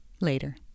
Later